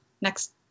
next